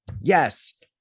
Yes